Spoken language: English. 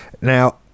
Now